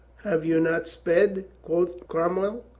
have you not sped? quoth cromwell.